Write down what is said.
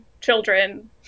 children